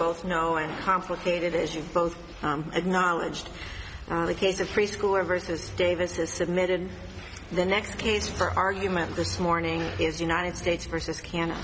both know and complicated as you've both acknowledged the case a preschooler versus davis has submitted the next case for argument this morning is united states versus canada